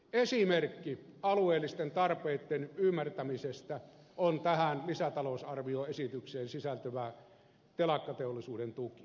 esimerkki alueellisten tarpeitten ymmärtämisestä on tähän lisätalousarvioesitykseen sisältyvä telakkateollisuuden tuki